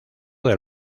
del